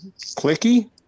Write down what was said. clicky